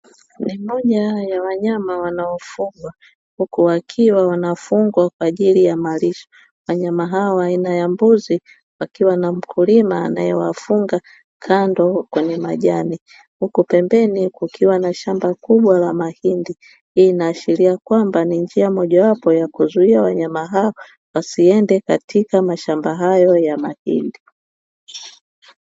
Ni moja ya wanyama wanaofungwa, huku wakiwa wanafungwa kwaajili ya malisho. wanyama hawa aina ya mbuzi wakiwa na mkulima anayewafunga kando kwenye majani. Huku pembeni kukiwa na shamba kubwa la mahindi, hii inaashiria kwamba ni njia mojawapo yakuzuia wanyama hao wasiende katika mashamba hayo ya mahindi.